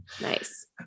Nice